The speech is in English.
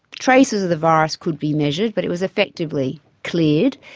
traces of the virus could be measured but it was effectively cleared,